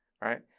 Right